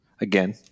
Again